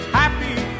happy